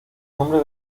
nombre